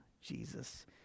Jesus